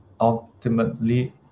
ultimately